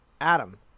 Adam